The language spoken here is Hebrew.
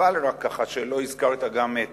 חבל רק שלא הזכרת גם את